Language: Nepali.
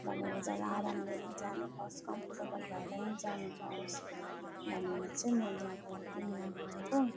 भनेर चाहिँ आरामले नै जानु पाओस् कम्फर्टेबल भएर नै जानु पाओस् भनेर चाहिँ मैले अब तिमीलाई भनेको